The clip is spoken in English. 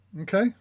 Okay